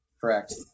Correct